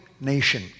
nation